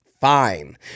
fine